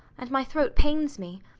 and my throat pains me.